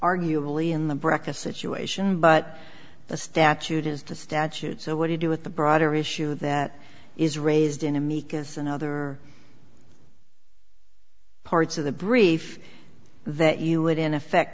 arguably in the breck a situation but the statute is the statute so what do you do with the broader issue that is raised in amicus and other parts of the brief that you would in effect